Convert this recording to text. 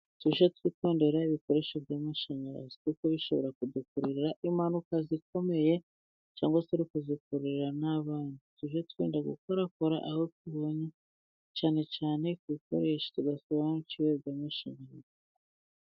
Tujye twitondera ibikoresho by'amashanyarazi, kuko bishobora kudukururira impanuka zikomeye, cyangwa se tukazikururira n'abana, tujye twirinda gukorakora aho tubonye, cyane cyane kubikoresho tudasobanukiwe by'amashanyarazi.